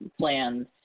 plans